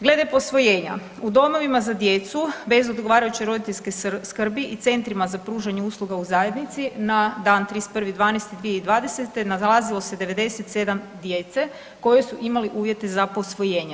Glede posvojenja, u domovima za djecu bez odgovarajuće roditeljske skrbi i centrima za pružanje usluga u zajednici na dan 31. 12. 2020. nalazilo se 97 djece koji su imali uvjete za posvojenje.